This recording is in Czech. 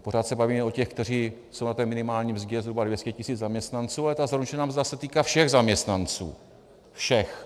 Pořád se bavíme o těch, kteří jsou na minimální mzdě, zhruba 200 tisíc zaměstnanců, ale zaručená mzda se týká všech zaměstnanců všech.